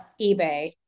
eBay